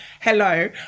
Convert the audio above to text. Hello